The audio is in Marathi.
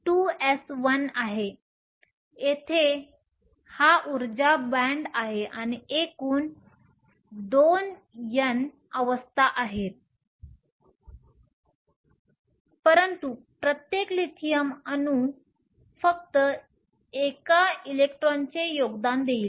तर येथे हा ऊर्जा बँड आहे आणि एकूण 2 N अवस्था आहेत परंतु प्रत्येक लिथियम अणू फक्त एका इलेक्ट्रॉनचे योगदान देईल